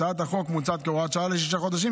הצעת החוק מוצעת כהוראת שעה לשישה חודשים,